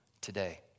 today